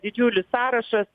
didžiulis sąrašas